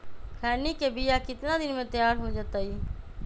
खैनी के बिया कितना दिन मे तैयार हो जताइए?